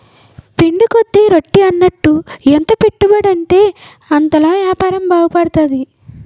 పిండి కొద్ది రొట్టి అన్నట్టు ఎంత పెట్టుబడుంటే అంతలా యాపారం బాగుపడతది